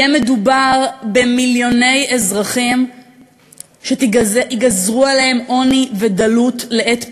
יהיה מדובר במיליוני אזרחים שייגזרו עליהם עוני ודלות לעת פרישה.